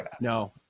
No